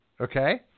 Okay